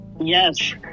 Yes